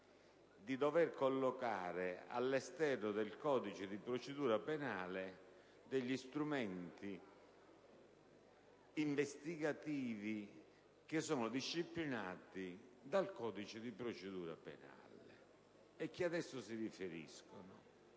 di dover collocare all'esterno del codice di procedura penale degli strumenti investigativi che sono disciplinati dal codice di procedura penale e che ad esso si riferiscono.